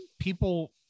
people